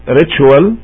ritual